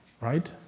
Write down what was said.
Right